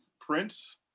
Prince